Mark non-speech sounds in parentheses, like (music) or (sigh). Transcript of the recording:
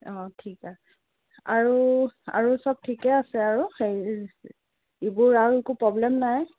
অঁ ঠিক আছে আৰু আৰু চব ঠিকেই আছে আৰু (unintelligible) ইবোৰ আৰু একো প্ৰ'ব্লেম নাই